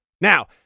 Now